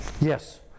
Yes